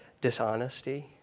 dishonesty